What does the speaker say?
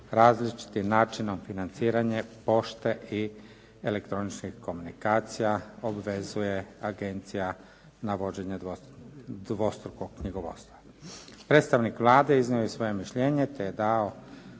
različitim načinom financiranje pošte i elektroničkih komunikacija obvezuje agencija na vođenje dvostrukog knjigovodstva. Predstavnik Vlade iznio je svoje mišljenje te je istako